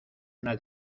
una